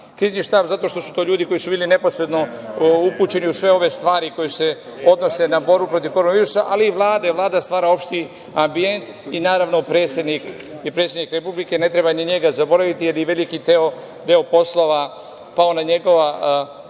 Krizni štab zato što su to ljudi koji su bili neposredno upućeni u sve ove stvari koje se odnose na borbu protiv Korona virusa, ali i Vlade. Vlada stvara opšti ambijent i, naravno, predsednik Republike. Ne treba ni njega zaboraviti, jer je veliki deo posla pao na njegova